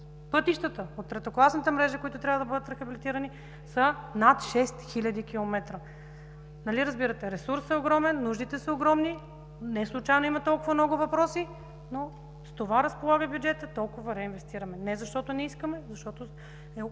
пътищата от третокласната мрежа, които трябва да бъдат рехабилитирани, са над 6000 км. Нали разбирате – ресурсът е огромен, нуждите са огромни. Неслучайно има толкова много въпроси, но с това разполага бюджетът и толкова реинвестираме не защото не искаме, а защото харчим